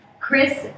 Chris